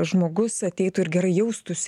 žmogus ateitų ir gerai jaustųsi